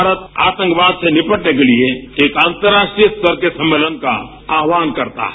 भारत आतंकवाद से निपटने के लिए एक अंतर्राष्ट्रीय स्तर के सम्मेलन का आहवान करता है